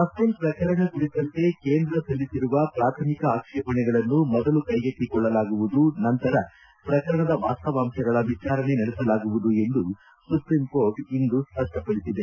Rafale ಪ್ರಕರಣ ಕುರಿತಂತೆ ಕೇಂದ್ರ ಸಲ್ಲಿಸಿರುವ ಪ್ರಾಥಮಿಕ ಆಕ್ಷೇಪಣೆಗಳನ್ನು ಮೊದಲು ಕೈಗೆತ್ತಿಕೊಳ್ಳಲಾಗುವುದು ನಂತರ ಪ್ರಕರಣದ ವಾಸ್ತವಾಂಶಗಳ ಕುರಿತಂತೆ ವಿಚಾರಣೆ ನಡೆಸಲಾಗುವುದು ಎಂದು ಸುಪ್ರೀಂಕೋರ್ಟ್ ಇಂದು ಸ್ಪಷ್ಷಪಡಿಸಿದೆ